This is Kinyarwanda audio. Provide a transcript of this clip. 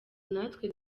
natwe